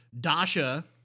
Dasha